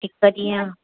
हिकु ॾींहुं